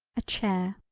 a chair.